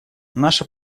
наша